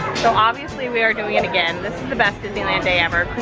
so obviously we are doing it again, this is the best disneyland day ever,